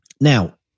Now